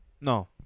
No